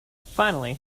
finally